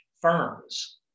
firms